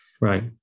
Right